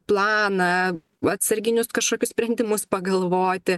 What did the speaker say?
planą atsarginius kažkokius sprendimus pagalvoti